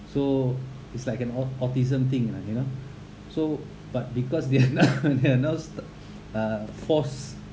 so it's like an au~ autism thing lah you know so but because they are now they are now st~ uh forced